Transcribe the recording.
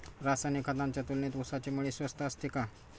रासायनिक खतांच्या तुलनेत ऊसाची मळी स्वस्त असते का?